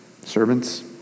Servants